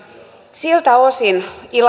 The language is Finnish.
siltä osin